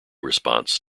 response